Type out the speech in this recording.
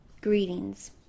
Greetings